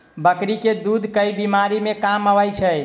बकरी केँ दुध केँ बीमारी मे काम आबै छै?